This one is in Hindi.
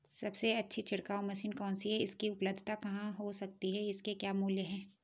सबसे अच्छी छिड़काव मशीन कौन सी है इसकी उपलधता कहाँ हो सकती है इसके क्या मूल्य हैं?